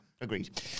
Agreed